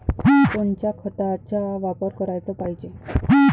कोनच्या खताचा वापर कराच पायजे?